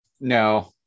No